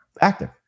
active